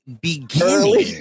beginning